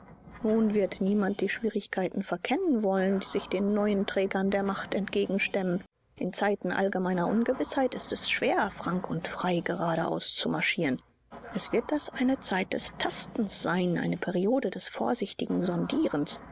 nun wird niemand die schwierigkeiten verkennen wollen die sich den neuen trägern der macht entgegenstemmen in zeiten allgemeiner ungewißheit ist es schwer frank und frei geradeaus zu marschieren es wird das eine zeit des tastens sein eine periode des vorsichtigen sondierens